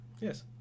yes